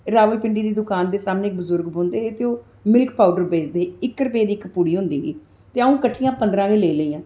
रावलपिंड़ी दी दुकान दे सामनै बज़ुर्ग बौंह्दे हे ते ओह् मिल्क पाउड़र बेचदे हे ते इक रपेऽ दी इक पूड़ी होंदी ही ते अ'ऊं किट्ठियां पंदरां गै लेई लेइयां